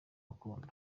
rukundo